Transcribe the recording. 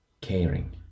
caring